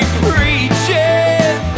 preaching